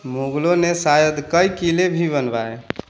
मुगलों ने शायद कई किले भी बनवाये